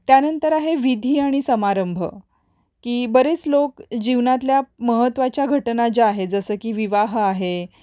त्यानंतर आहे विधी आणि समारंभ की बरेच लोक जीवनातल्या महत्त्वाच्या घटना ज्या आहेत जसं की विवाह आहे